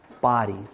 body